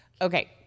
okay